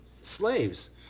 slaves